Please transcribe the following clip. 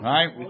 Right